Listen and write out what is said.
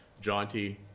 jaunty